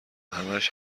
همش